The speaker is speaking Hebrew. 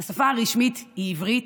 השפה הרשמית היא עברית,